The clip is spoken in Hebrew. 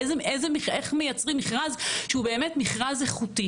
איך מייצרים מכרז שהוא באמת מכרז איכותי